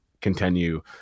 continue